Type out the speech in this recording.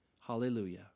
hallelujah